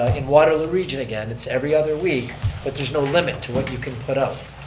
in waterloo region again, it's every other week but there's no limit to what you can put out.